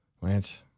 Lance